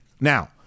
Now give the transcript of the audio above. Now